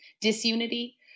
disunity